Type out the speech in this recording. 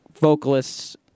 vocalists